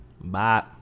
Bye